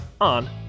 on